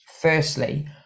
firstly